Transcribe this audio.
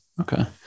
Okay